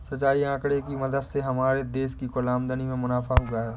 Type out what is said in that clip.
सिंचाई आंकड़े की मदद से हमारे देश की कुल आमदनी में मुनाफा हुआ है